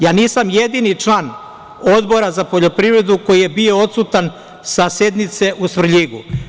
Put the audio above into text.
Ja nisam jedini član Odbora za poljoprivredu koji je bio odsutan sa sednice u Svrljigu.